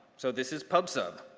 so this is pub-sub.